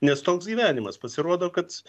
nes toks gyvenimas pasirodo kad